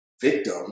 victim